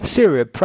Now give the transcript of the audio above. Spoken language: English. Syria